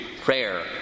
prayer